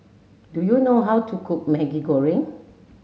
do you know how to cook Maggi Goreng